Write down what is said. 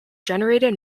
generated